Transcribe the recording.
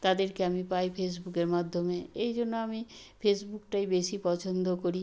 তাদেরকে আমি পাই ফেসবুকের মাধ্যমে এই জন্য আমি ফেসবুকটাই বেশি পছন্দ করি